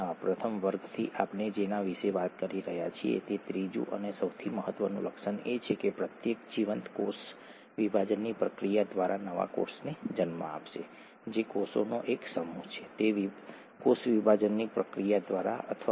હકીકતમાં ડીએનએ એ એક કોડ છે જેના દ્વારા આ માહિતી પેઢીઓ સુધી પસાર થાય છે